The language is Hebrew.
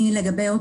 הקורונה,